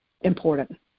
important